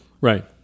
right